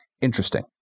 interesting